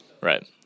Right